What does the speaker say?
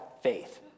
faith